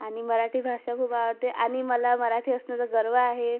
आणि मराठी भाषा खूप आवडते आणि मला मराठी असण्याचा गर्व आहे